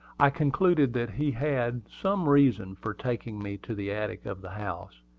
i concluded that he had some reason for taking me to the attic of the house,